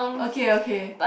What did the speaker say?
okay okay